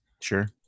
Sure